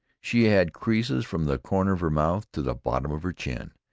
she had creases from the corners of her mouth to the bottom of her chin,